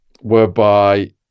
whereby